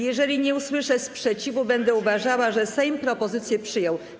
Jeżeli nie usłyszę sprzeciwu, będę uważała, że Sejm propozycję przyjął.